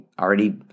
already